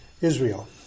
Israel